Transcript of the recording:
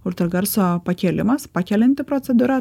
ultragarso pakėlimas pakelianti procedūra